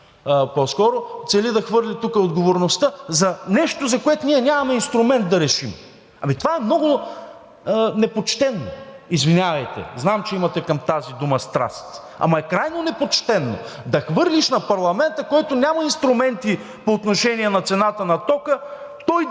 Адемов, цели да хвърли тук отговорността за нещо, за което ние нямаме инструмент да решим. Това е много непочтено, извинявайте. Знам, че към тази дума имате страст. Крайно е непочтено да хвърлиш на парламента, който няма инструменти по отношение цената на тока, сега да